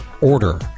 order